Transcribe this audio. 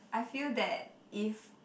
I feel that if